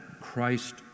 Christ